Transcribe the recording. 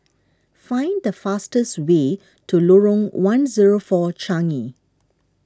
find the fastest way to Lorong one zero four Changi